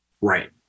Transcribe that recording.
Right